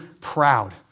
proud